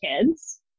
kids